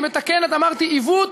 היא מתקנת, אמרתי, עיוות.